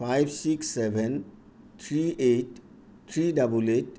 five six seven three eight three double eight